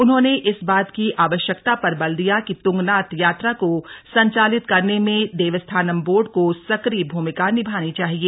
उन्होंने इस बात की आवश्यकता पर बल दिया कि त्ंगनाथ यात्रा को संचालित करने में देवस्थानम बोर्ड को सक्रिय भूमिका निभानी चाहिए